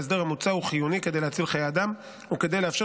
ההסדר המוצע הוא חיוני כדי להציל חיי אדם וכדי לאפשר